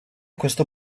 questo